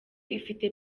ifite